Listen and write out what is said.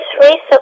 recently